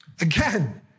Again